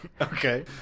Okay